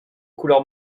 couleur